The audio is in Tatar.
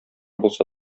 булса